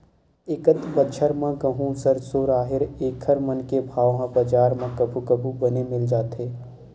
एकत बछर म गहूँ, सरसो, राहेर एखर मन के भाव ह बजार म कभू कभू बने मिल जाथे